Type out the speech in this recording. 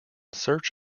search